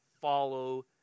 follow